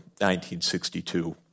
1962